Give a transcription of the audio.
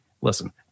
Listen